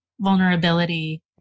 vulnerability